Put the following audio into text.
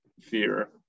fear